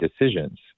decisions